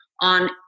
on